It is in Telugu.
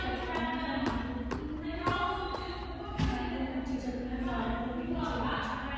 గత వారంలో మాధవకి నాకు మధ్య జరిగిన లావాదేవీలను చూపించు